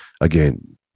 again